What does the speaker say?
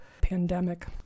pandemic